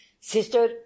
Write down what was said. Sister